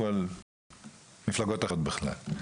על מפלגות אחרות בכלל.